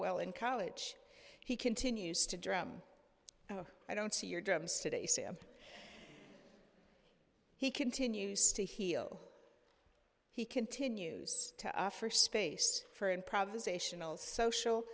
well in college he continues to drum i don't see your drums today see him he continues to heal he continues to offer space for improvisational social